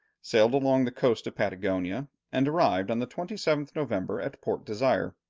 sailed along the coast of patagonia, and arrived on the twenty seventh november at port desire.